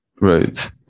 right